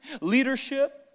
Leadership